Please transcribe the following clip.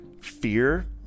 fear